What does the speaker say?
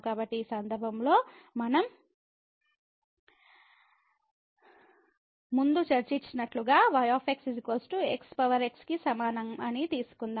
కాబట్టి ఈ సందర్భంలో మనం ముందు చర్చించినట్లుగా y xx కి సమానంఅని తీసుకుందాం